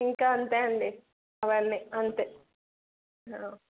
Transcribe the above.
ఇంకా అంతే అండి అవన్నీ అంతే